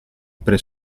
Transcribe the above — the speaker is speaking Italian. pre